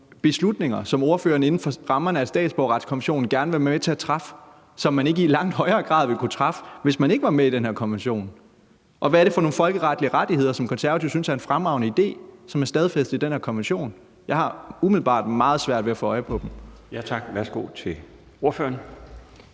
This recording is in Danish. beslutninger, som ordføreren inden for rammerne af statsborgerretskonventionen gerne vil være med til at træffe, og som man ikke i langt højere grad ville kunne træffe, hvis man ikke var med i den her konvention? Og hvad er det for nogle folkeretlige rettigheder, som Konservative synes er en fremragende idé, og som er stadfæstet i den her konvention? Jeg har umiddelbart meget svært ved at få øje på dem. Kl. 17:03 Den fg.